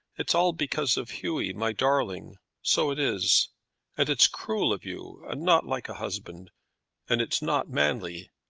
it's all because of hughy my darling so it is and it's cruel of you, and not like a husband and it's not manly.